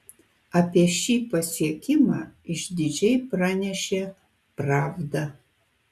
apie šį pasiekimą išdidžiai pranešė pravda